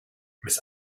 mrs